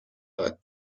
داد